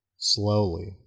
Slowly